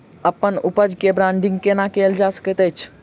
अप्पन उपज केँ ब्रांडिंग केना कैल जा सकैत अछि?